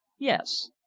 yes.